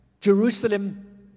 Jerusalem